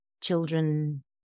children